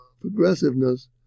progressiveness